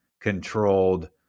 controlled